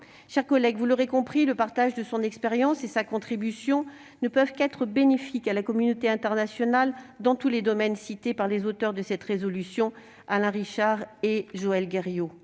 chers collègues, vous l'aurez compris, le partage de son expérience et sa contribution ne peuvent qu'être bénéfiques à la communauté internationale dans tous les domaines cités par les auteurs de cette proposition de résolution, Alain Richard et Joël Guerriau.